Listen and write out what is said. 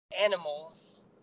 animals